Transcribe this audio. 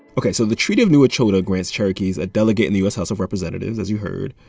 ok. so the treaty of new echota grants cherokees a delegate in the u s. house of representatives, as you heard.